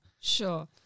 Sure